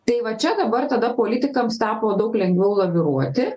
tai va čia dabar tada politikams tapo daug lengviau laviruoti